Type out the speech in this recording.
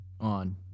on